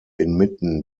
inmitten